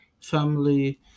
family